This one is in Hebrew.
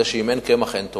שאם אין קמח אין תורה.